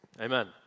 amen